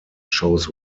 shows